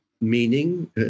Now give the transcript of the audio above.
meaning